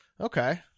Okay